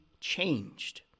changed